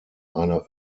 eine